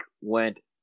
went